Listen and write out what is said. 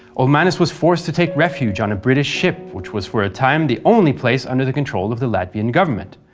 ulmanis was forced to take refuge on a british ship which was for a time the only place under the control of the latvian government.